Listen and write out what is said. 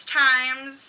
times